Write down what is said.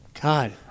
God